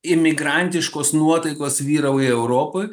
imigrantiškos nuotaikos vyrauja europoj